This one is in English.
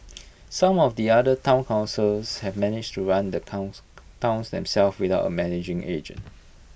some of the other Town councils have managed to run the towns themselves without A managing agent